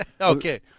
Okay